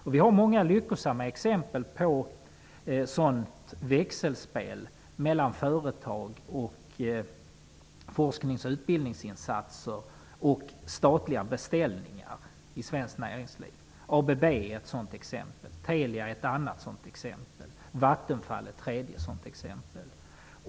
Det finns många lyckosamma exempel på ett sådant växelspel mellan företag, forsknings och utbildningsinsatser och statliga beställningar i svenskt näringsliv. ABB, Telia och Vattenfall är sådana exempel.